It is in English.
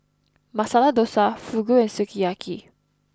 Masala Dosa Fugu and Sukiyaki